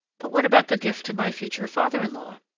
but what about the gift to my future father-in-law?